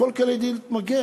הכול כדי להתמגן.